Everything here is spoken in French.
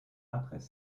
après